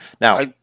now